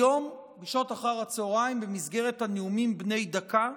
היום בשעות אחר הצוהריים, במסגרת הנאומים בני דקה,